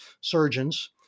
surgeons